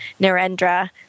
Narendra